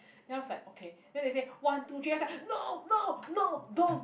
then I was like okay then they say one two three I was like no no no don't